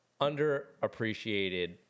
underappreciated